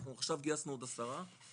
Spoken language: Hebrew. אנחנו עכשיו גייסנו עוד עשרה,